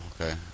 okay